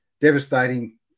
devastating